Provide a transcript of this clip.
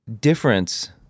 difference